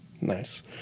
Nice